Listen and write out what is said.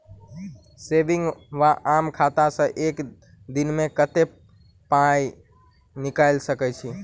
Saving वा आम खाता सँ एक दिनमे कतेक पानि निकाइल सकैत छी?